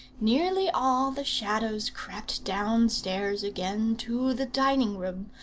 nearly all the shadows crept downstairs again to the dining-room,